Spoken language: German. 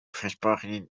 versprochenen